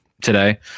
today